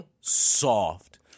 soft